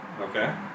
Okay